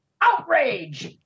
outrage